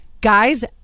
Guy's